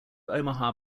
omaha